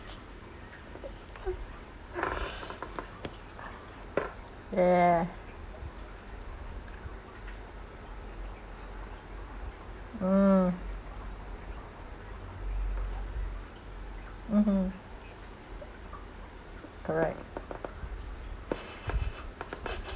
yeah mm mmhmm correct